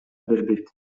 бербейт